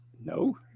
No